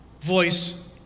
voice